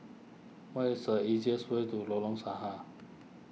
what is the easiest way to Lorong Sahad